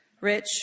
rich